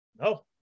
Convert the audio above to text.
No